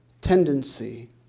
tendency